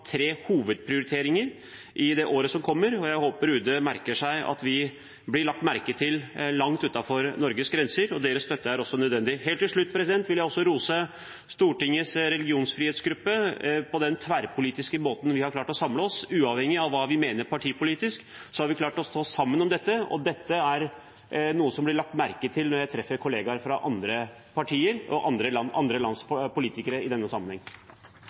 tre hovedprioriteringer i året som kommer, og jeg håper UD merker seg at vi blir lagt merke til langt utenfor Norges grenser. Deres støtte er også nødvendig. Helt til slutt vil jeg rose Stortingets religionsfrihetsgruppe for den tverrpolitiske måten vi har klart å samle oss på. Uavhengig av hva vi mener politisk, har vi klart å stå sammen om dette, og dette er noe som blir lagt merke til når jeg treffer kollegaer fra andre partier og andre lands politikere i denne sammenheng.